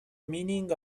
meaning